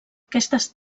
aquestes